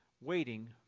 waiting